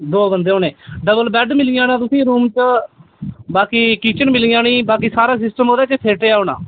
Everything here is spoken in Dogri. दौ बंदे होने डबल बैड मिली जाना तुसेंगी रूम च बाकी किचन मिली जानी बाकी सारा सिस्टम ओह्दे च फिट होना